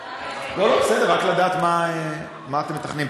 לא, לא, בסדר, רק לדעת מה אתם מתכננים.